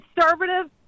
conservative